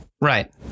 Right